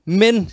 men